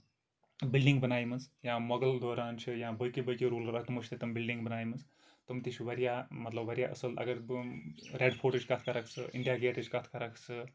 building بَناے مَژٕ یا مۄغل دورن چھُ یا باقٕے باقٕے رولرو تِمو چھِ تتٮ۪ن بلڈنٛگ بَنایہِ مَژ تِم تہِ چھِ واریاہ مطلب واریاہ اَصٕل اَگر بہٕ رٮ۪ڈ فورٹٕچ کَتھ کَرکھ ژٕ اِنٛڈیا گیٹٕچ کَتھ کَرکھ ژٕ